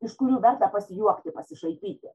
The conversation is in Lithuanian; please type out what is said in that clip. iš kurių verta pasijuokti pasišaipyti